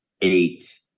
eight